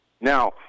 Now